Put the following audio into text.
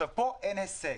פה אין הישג.